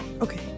okay